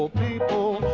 people,